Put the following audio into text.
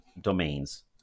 domains